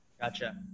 Gotcha